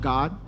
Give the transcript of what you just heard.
God